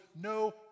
no